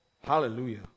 Hallelujah